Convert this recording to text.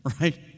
Right